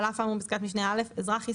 "(א1) על אף האמור בפסקת משנה (א), אזרח ישראל,